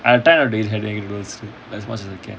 I try not to eat as much as I can